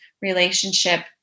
relationship